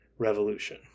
revolution